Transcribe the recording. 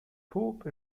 pope